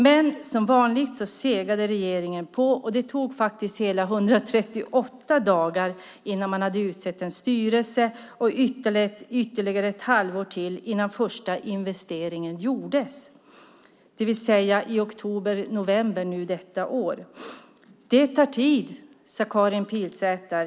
Men som vanligt segade regeringen och det tog hela 138 dagar innan man hade utsett en styrelse och ytterligare ett halvår innan den första investeringen gjordes, det vill säga i oktober-november i år. Det tar tid, sade Karin Pilsäter.